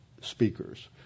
speakers